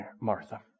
Martha